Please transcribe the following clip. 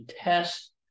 test